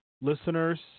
listeners